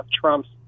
Trump's